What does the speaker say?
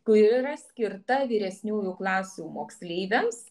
kuri yra skirta vyresniųjų klasių moksleiviams